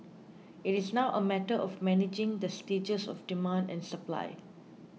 it is now a matter of managing the stages of demand and supply